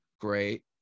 great